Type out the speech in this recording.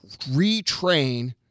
retrain